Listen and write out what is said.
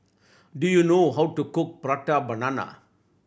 do you know how to cook Prata Banana